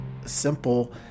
simple